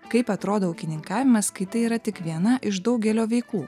kaip atrodo ūkininkavimas kai tai yra tik viena iš daugelio veiklų